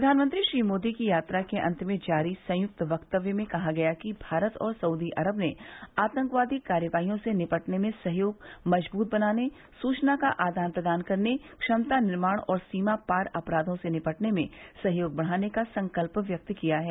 प्रधानमंत्री श्री मोदी की यात्रा के अन्त में जारी संयुक्त वक्तव्य में कहा गया कि भारत और सऊदी अरब ने आतंकवादी कार्यवाहियों से निपटने में सहयोग मजबूत बनाने सूचना का आदान प्रदान करने क्षमता निर्माण और सीमा पार अपराधों से निपटने में सहयोग बढ़ाने का संकल्प व्यक्त किया है